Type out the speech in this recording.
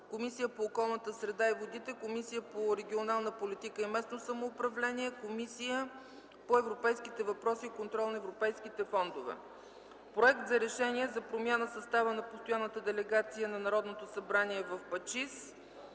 Комисията по околната среда и водите, Комисията по регионална политика и местно самоуправление и Комисията по европейските въпроси и контрол на европейските фондове. Проект за Решение за промяна в състава на Постоянната делегация на Народното събрание в ПАЧИС.